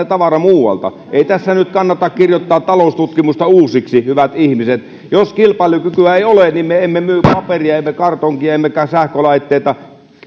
tavara ostetaan muualta ei tässä nyt kannata kirjoittaa taloustutkimusta uusiksi hyvät ihmiset jos kilpailukykyä ei ole niin me emme myy paperia emme kartonkia emmekä sähkölaitteita